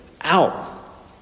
out